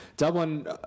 Dublin